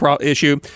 issue